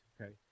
okay